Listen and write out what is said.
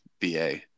ba